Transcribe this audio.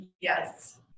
yes